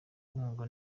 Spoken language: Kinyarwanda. ngo